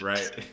Right